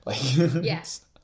Yes